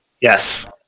Yes